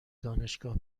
دانشگاه